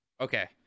Okay